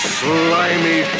slimy